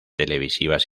televisivas